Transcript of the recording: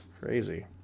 Crazy